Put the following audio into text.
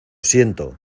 siento